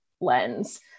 lens